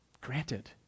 granted